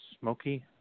Smoky